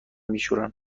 میشورن